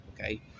okay